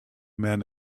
men